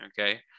Okay